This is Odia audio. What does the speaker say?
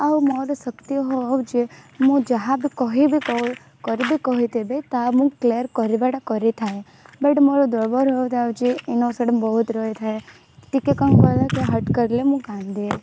ଆଉ ମୋର ଶକ୍ତି ହେଉଛି ମୁଁ ଯାହା ବି କହିବି କରିବି କହିଦେବେ ତା ମୁଁ କ୍ଲିୟର୍ କରିବାଟା କରିଥାଏ ବଟ୍ ମୋର ଦୁର୍ବଳତା ହେଉଛି ଇନୋସେଣ୍ଟ ବହୁତ ରହିଥାଏ ଟିକେ କ'ଣ କହିଲେ କି ହର୍ଟ୍ କଲେ ମୁଁ କାନ୍ଦେ